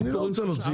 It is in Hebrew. אני לא רוצה להוציא.